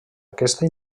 aquesta